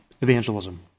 evangelism